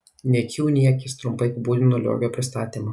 niekių niekis trumpai apibūdino liogio pristatymą